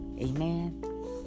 Amen